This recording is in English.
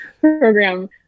Program